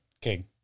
King